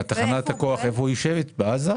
תחנת הכוח יושבת בעזה?